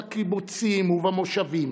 בקיבוצים ובמושבים,